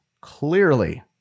Clearly